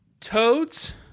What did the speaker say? Toads